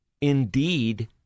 indeed